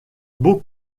bon